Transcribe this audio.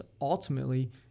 Ultimately